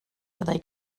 fyddai